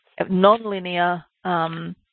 nonlinear